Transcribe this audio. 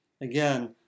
Again